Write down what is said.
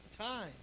time